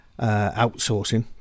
outsourcing